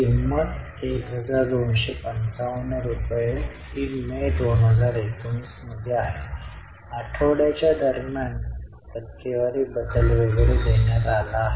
किंमत 1255 रुपये आहे ही मे 2019 मध्ये आहे आठवड्याच्या दरम्यान टक्केवारी बदल वगैरे देण्यात आला आहे